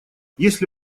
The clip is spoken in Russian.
если